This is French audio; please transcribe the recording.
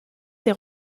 ses